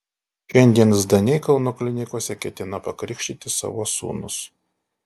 šiandien zdaniai kauno klinikose ketina pakrikštyti savo sūnus